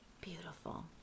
Beautiful